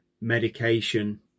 medication